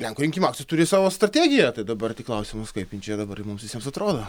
lenkų rinkimų akcija turi savo strategiją tai dabar tik klausimas kaip jin čia dabar mums visiems atrodo